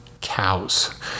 cows